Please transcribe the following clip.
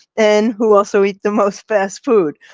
and who also eat the most fast food.